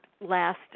last